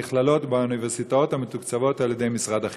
במכללות ובאוניברסיטאות המתוקצבות על-ידי משרד החינוך?